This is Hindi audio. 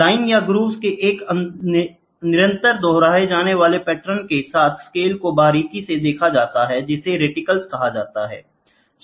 लाइनों या ग्रूव्स के एक निरंतर दोहराए जाने वाले पैटर्न के साथ स्केल को बारीकी से देखा जाता है जिसे रेटिकल्स कहा जाता है